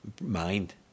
mind